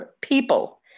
people